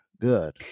good